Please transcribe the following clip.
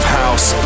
house